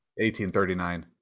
1839